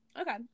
Okay